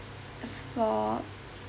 four